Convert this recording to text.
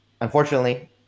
unfortunately